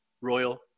Royal